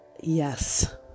Yes